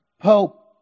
pope